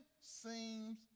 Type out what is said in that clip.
seems